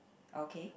okay